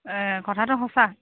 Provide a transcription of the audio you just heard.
এ কথাটো সঁচা